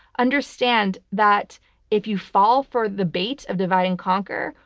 understand that if you fall for the bait of divide and conquer,